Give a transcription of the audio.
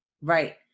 Right